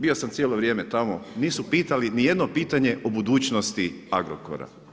Bio sam cijelo vrijeme tamo, nisu pitali ni jedno pitanje o budućnosti Agrokora.